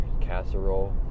casserole